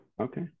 Okay